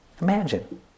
imagine